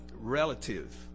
relative